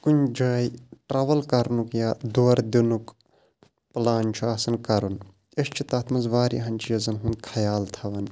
کُنہِ جایہِ ٹرٛوٕل کَرنُک یا دورٕ دِنُک پٕلان چھُ آسان کَرُن أسۍ چھِ تَتھ منٛز واریاہَن چیٖزَن ہُنٛد خیال تھاوان